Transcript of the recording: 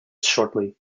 shortly